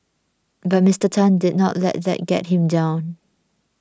but Mister Tan did not let that get him down